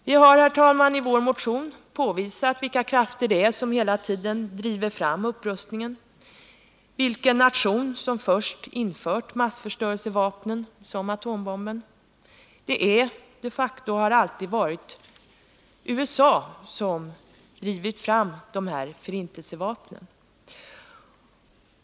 Vi har i vår motion påvisat vilka krafter det är som hela tiden driver fram upprustningen, vilken nation som först har infört massförstörelsevapen som atombomben. Det är de facto och har alltid varit USA som har drivit fram dessa förintelsevapen.